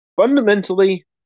fundamentally